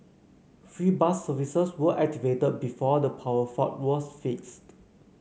free bus services were activated before the power fault was fixed